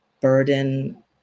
burden